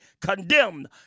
condemned